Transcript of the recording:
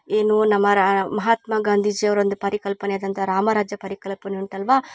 ಏನು ನಮ್ಮ ರಾ ಮಹಾತ್ಮ ಗಾಂಧೀಜಿ ಅವರು ಒಂದು ಪರಿಕಲ್ಪನೆಯಾದಂಥ ರಾಮ ರಾಜ್ಯ ಪರಿಕಲ್ಪನೆ ಉಂಟಲ್ವ